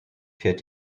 fährt